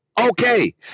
Okay